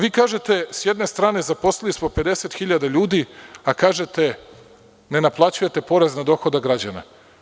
Vi kažete, sa jedne strane, zaposlili smo 50.000 ljudi, a kažete, ne naplaćujete porez na dohodak građana.